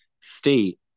state